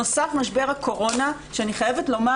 נוסף משבר הקורונה שאני חייבת לומר